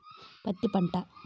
పత్తి పంట